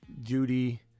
Judy